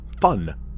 fun